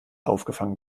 aufgefangen